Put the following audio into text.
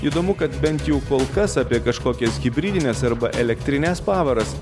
įdomu kad bent jau kol kas apie kažkokias hibridines arba elektrines pavaras